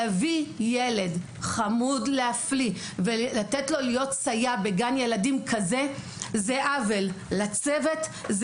להביא ילד חמוד להפליא ולתת לו להיות בגן ילדים כזה זה עוול לצוות,